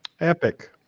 Epic